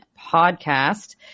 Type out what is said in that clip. Podcast